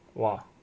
!wah!